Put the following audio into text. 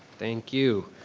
thank you.